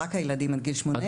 רק הילדים עד גיל 18,